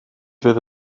fydd